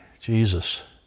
Jesus